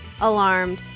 alarmed